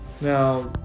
Now